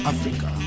Africa